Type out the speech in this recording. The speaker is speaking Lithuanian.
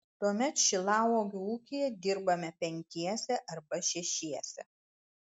tuomet šilauogių ūkyje dirbame penkiese arba šešiese